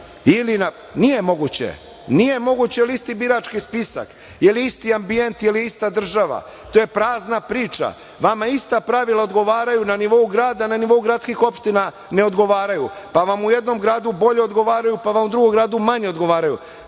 moguće, jer je isti birački spisak, jer je isti ambijent, jer je ista država. To je prazna priča. Vama ista pravila odgovaraju na nivou grada, na nivou gradskih opština ne odgovaraju, pa vam u jednom gradu bolje odgovaraju, pa vam u drugom gradu manje odgovaraju.